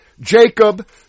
Jacob